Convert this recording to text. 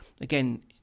again